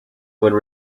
would